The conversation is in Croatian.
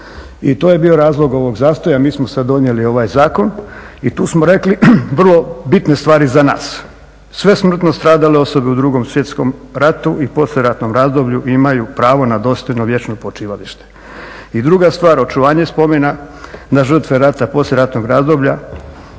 I to je bio razlog ovog zastoja, mi smo sada donijeli ovaj zakon i tu smo rekli vrlo bitne stvari za nas. Sve smrtno stradale osobe u II. Svjetskom ratu i poslijeratnom razdoblju imaju pravo na dostojno, vječno počivalište. I druga stvar, očuvanje spomena na žrtve rata, poslijeratnog razdoblja